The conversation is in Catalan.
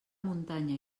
muntanya